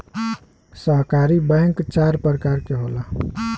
सहकारी बैंक चार परकार के होला